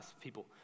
people